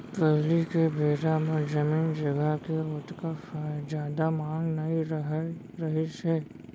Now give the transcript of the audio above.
पहिली के बेरा म जमीन जघा के ओतका जादा मांग नइ रहत रहिस हे